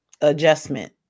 Adjustment